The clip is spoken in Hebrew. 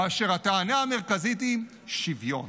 כאשר הטענה המרכזית היא: שוויון.